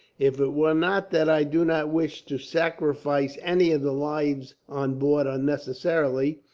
if it were not that i do not wish to sacrifice any of the lives on board, unnecessarily,